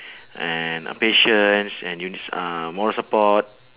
and uh patience and uni~ uh moral support